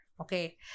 okay